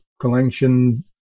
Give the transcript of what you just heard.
collection